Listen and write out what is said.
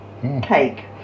Cake